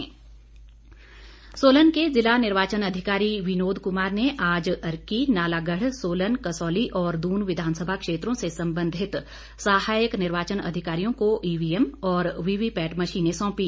EVM Solan के जिला निर्वाचन अधिकारी विनोद कुमार ने आज अर्की नालागढ़ सोलन कसौली और दून विधानसभा क्षेत्रों से संबंधित सहायक निर्वाचन अधिकारियों को ईवीएम और वीवीपैट मशीनें सौंपी